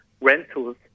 rentals